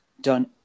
done